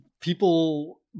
people